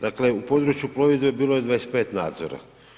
Dakle, u području plovidbe bilo je 25 nadzora.